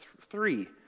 three